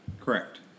Correct